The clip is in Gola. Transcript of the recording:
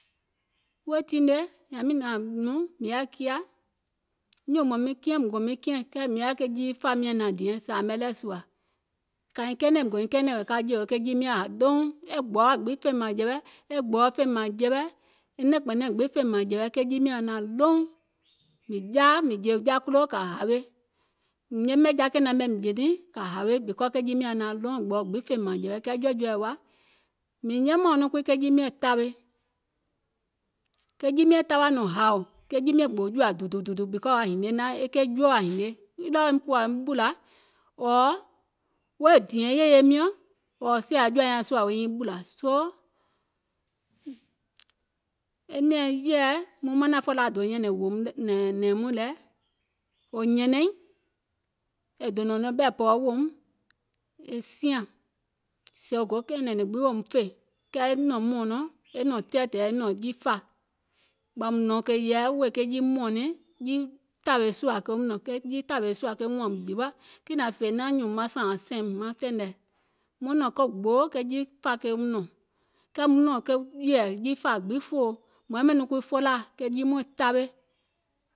Weè tiŋ ne yȧwi nȧȧŋ nyùùŋ mìŋ yaȧ kiȧ, nyùùŋ mȧŋ miŋ kiɛ̀ŋ muŋ gò miŋ kiɛ̀ŋ, mìŋ yaȧ jiifȧa miɛ̀ŋ diɛŋ sȧȧmɛ lɛɛ̀ sùȧ, kȧiŋ kɛɛnɛ̀ŋ mìŋ gòiŋ kɛɛnɛ̀ŋ wèè ka jèo ke jii miɛ̀ŋ yaȧ ɗouŋ, e gbòa gbiŋ fèìm mȧŋjɛ̀wɛ, e gbɔ̀ɔŋ gbiŋ fèìm mȧŋjɛ̀wɛ, nɛ̀ŋ kpɛ̀nɛŋ gbiŋ fèìm mȧŋjɛ̀wɛ ke jii miɛ̀ŋ yaȧ naȧŋ ɗouŋ, mìŋ jaȧ mìŋ jè jakulo kȧ hawe, mìŋ yɛmɛ̀ jakènaŋ mɛ̀ mìŋ jè niìŋ kȧ hawe because ke jii miɛ̀ŋ yaȧ naȧŋ ɗouŋ gbɔ̀ɔ gbiŋ fèìm mȧŋjɛ̀wɛ, kɛɛ jɛɛ̀jɛɛ̀ɛ wa mìŋ yɛmɛ̀uŋ nɔŋ jii miɛ̀ŋ tawe, ke jii miɛ̀ŋ tawȧ nɔŋ hȧù ke jii miɛ̀ŋ gbòò jùȧ dù dù dù dù, because yaȧ hinie naȧŋ e keì joo yaȧ hinie, either woim kùwȧ woim ɓùlȧ, ɔ̀ɔ̀ wo dìɛ̀ŋ yèye miɔ̀ŋ, ɔ̀ɔ̀ sɛ̀ɛ̀ jɔ̀ȧ nyaŋ sùȧ wo nyiŋ ɓùlȧ, soo e nɛ̀ɛŋ yɛ̀ɛ muŋ manȧŋ felaaȧ do nyɛ̀nɛ̀ŋ nɛ̀ɛ̀ŋ muìŋ lɛ wò nyɛ̀nɛìŋ è donȧŋ nɔ̀ŋ ɓɛ̀ɛ̀pɔ̀ɔ weèum e siȧŋ sèè wò go kɛ̀ɛ̀nɛ̀ŋ nɛ̀ŋ gbiŋ wèè woum fè, kɛɛ e nɔ̀ŋ mɔ̀ɔ̀nɔŋ e nɔ̀ŋ tɛ̀ɛ̀tɛ̀ɛ̀ e nɔ̀ŋ jiifȧa, ɓɔ̀ùm nɔ̀ŋ kè yɛ̀ɛ wèè ke jii mɔ̀ɔ̀nɛŋ, ke jii tȧwè sùȧ keum nɔ̀ŋ, ke jii tȧwè sùȧ ke wuȧùm jìwa, kiŋ nȧŋ fè naȧŋ nyùùŋ e sȧȧŋ maŋ sɛ̀ìŋ nɛ taìŋ nɛɛ̀, muŋ nɔ̀ŋ ko gboo ke jiifȧa keum nɔ̀ŋ, kɛɛ muŋ nɔ̀ŋ ke yɛ̀ɛ̀ jiifȧa gbiŋ fòo, mùŋ yɛmɛ̀ nɔŋ kuii felaaȧ ke jii mɔɛ̀ŋ tawe,